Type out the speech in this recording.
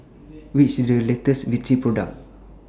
What IS The latest Vichy Product